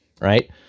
right